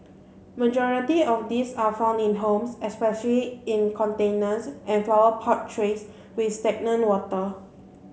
majority of these are found in homes especially in containers and flower pot trays with stagnant water